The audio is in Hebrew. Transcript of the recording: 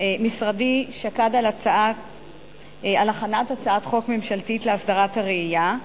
שקד משרדי על הכנת הצעת חוק ממשלתית להסדרת הרעייה.